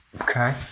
Okay